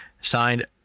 Signed